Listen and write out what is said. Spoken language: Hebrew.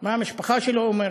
מה המשפחה שלו אומרת.